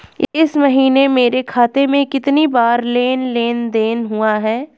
इस महीने मेरे खाते में कितनी बार लेन लेन देन हुआ है?